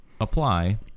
apply